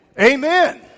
Amen